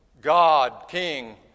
God-king